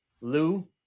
Lou